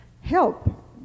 help